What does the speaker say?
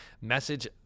message